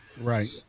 Right